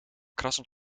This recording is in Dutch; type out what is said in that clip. krassen